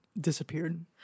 disappeared